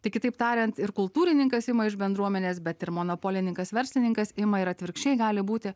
tai kitaip tariant ir kultūrininkas ima iš bendruomenės bet ir monopolininkas verslininkas ima ir atvirkščiai gali būti